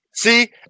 See